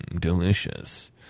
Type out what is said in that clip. Delicious